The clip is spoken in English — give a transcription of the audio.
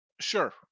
Sure